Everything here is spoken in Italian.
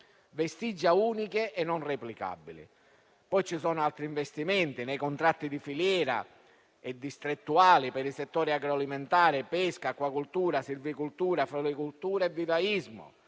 vestigia uniche e non replicabili. Ci sono poi altri investimenti nei contratti di filiera e distrettuali per settori come l'agroalimentare, la pesca, l'acquacoltura, la selvicoltura, la floricoltura e il vivaismo.